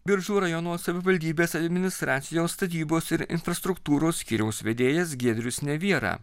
biržų rajono savivaldybės administracijos statybos ir infrastruktūros skyriaus vedėjas giedrius neviera